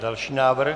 Další návrh.